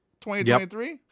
2023